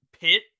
pit